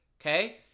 Okay